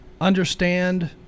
understand